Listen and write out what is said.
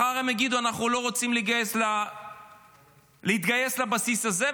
מחר הם יגידו שהם לא רוצים להתגייס לבסיס הזה.